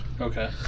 Okay